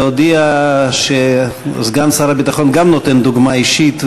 להודיע שסגן שר הביטחון גם נותן דוגמה אישית,